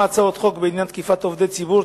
הצעות חוק בעניין תקיפת עובדי ציבור,